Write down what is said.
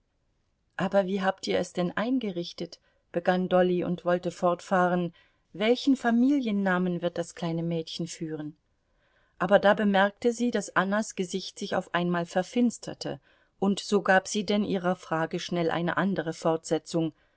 aber wie habt ihr es denn eingerichtet begann dolly und wollte fortfahren welchen familiennamen wird das kleine mädchen führen aber da bemerkte sie daß annas gesicht sich auf einmal verfinsterte und so gab sie denn ihrer frage schnell eine andere fortsetzung